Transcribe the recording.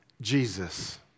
Jesus